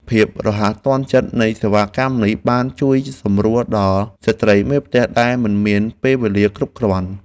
ភាពរហ័សទាន់ចិត្តនៃសេវាកម្មនេះបានជួយសម្រួលដល់ស្ត្រីមេផ្ទះដែលមិនមានពេលវេលាគ្រប់គ្រាន់។